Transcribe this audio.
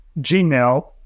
Gmail